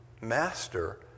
master